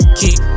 keep